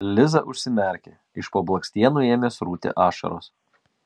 liza užsimerkė iš po blakstienų ėmė srūti ašaros